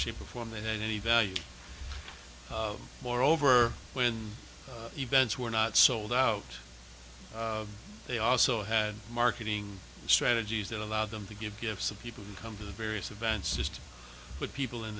shape or form then any value moreover when events were not sold out they also had marketing strategies that allowed them to give gifts of people who come to the various events just put people in